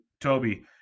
Toby